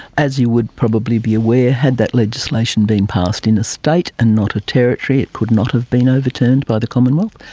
as you would probably be aware, had that legislation been passed in a state and not a territory it could not have been overturned by the commonwealth,